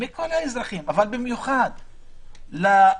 מכל האזרחים אבל במיוחד למיעוטים,